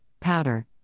powder